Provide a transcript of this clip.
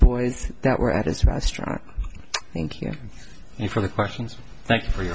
boys that were at his restaurant thank you for the questions for you